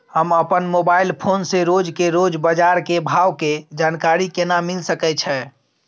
हम अपन mobile phone से रोज के रोज बाजार के भाव के जानकारी केना मिल सके छै?